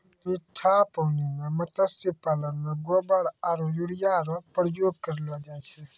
मीठा पानी मे मत्स्य पालन मे गोबर आरु यूरिया रो प्रयोग करलो जाय छै